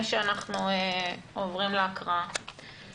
שאנחנו נתקדם להקראת הצו.